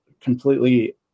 completely